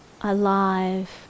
Alive